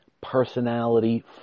personality